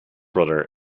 brother